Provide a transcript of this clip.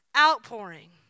outpouring